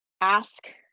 ask